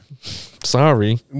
Sorry